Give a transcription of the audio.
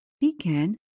began